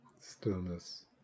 stillness